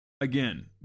Again